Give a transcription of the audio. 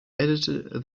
edited